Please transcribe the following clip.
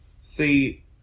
See